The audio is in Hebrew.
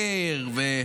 להיסגר.